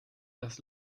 das